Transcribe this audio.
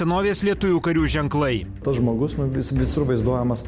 tas žmogus mumis visur vaizduojamas